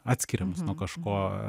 atskiria mus nuo kažko